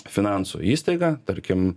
finansų įstaiga tarkim